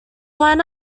line